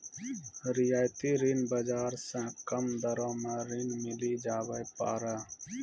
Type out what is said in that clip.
रियायती ऋण बाजार से कम दरो मे ऋण मिली जावै पारै